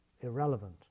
irrelevant